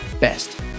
best